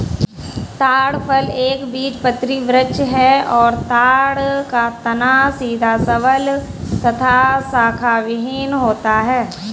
ताड़ फल एक बीजपत्री वृक्ष है और ताड़ का तना सीधा सबल तथा शाखाविहिन होता है